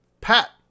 Pat